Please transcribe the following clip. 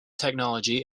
technology